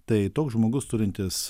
tai toks žmogus turintis